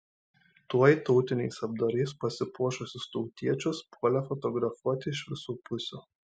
tuoj tautiniais apdarais pasipuošusius tautiečius puolė fotografuoti iš visų pusių